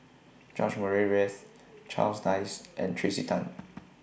George Murray Reith Charles Dyce and Tracey Tan